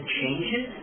changes